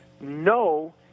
No